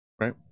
right